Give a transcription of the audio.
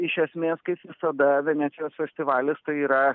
iš esmės kaip visada venecijos festivalis tai yra